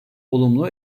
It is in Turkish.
olumlu